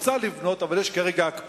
היא רוצה לבנות, אבל יש כרגע הקפאה.